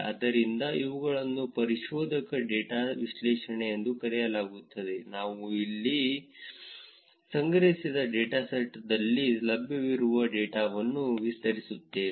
ಆದ್ದರಿಂದ ಇವುಗಳನ್ನು ಪರಿಶೋಧಕ ಡೇಟಾ ವಿಶ್ಲೇಷಣೆ ಎಂದು ಕರೆಯಲಾಗುತ್ತದೆ ಇಲ್ಲಿ ನಾವು ಸಂಗ್ರಹಿಸಿದ ಡೇಟಾದಲ್ಲಿ ಲಭ್ಯವಿರುವ ಡೇಟಾವನ್ನು ವಿವರಿಸುತ್ತೇವೆ